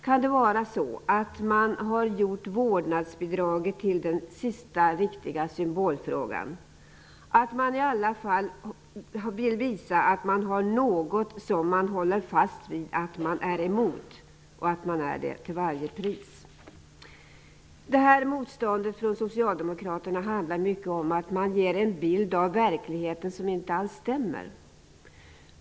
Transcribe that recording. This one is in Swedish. Kan det vara så att de har gjort vårdnadsbidraget till den sista riktiga symbolfrågan, att de i alla fall vill visa att de har något som de håller fast vid att de är emot och att de är det till varje pris? Motståndet från Socialdemokraterna handlar mycket om att de ger en bild av verkligheten som inte alls stämmer.